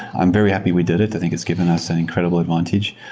i'm very happy we did it. i think it's given us an incredible advantage,